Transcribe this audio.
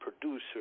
producer